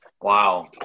wow